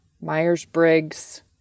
Myers-Briggs